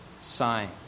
sign